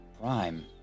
Prime